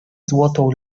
złotą